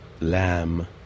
lamb